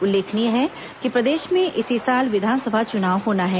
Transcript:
उल्लेखनीय है कि प्रदेश में इसी साल विधानसभा चुनाव होना है